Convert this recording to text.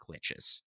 glitches